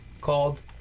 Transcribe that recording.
called